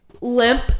limp